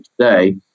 today